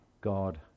God